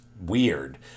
weird